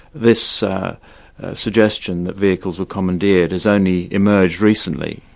this suggestion that vehicles were commandeered has only emerged recently.